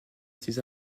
ses